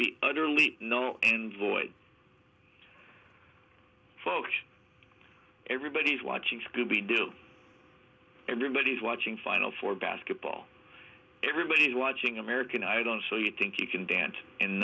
be utterly no void folks everybody's watching scooby doo everybody's watching final four basketball everybody watching american i don't so you think you can dance and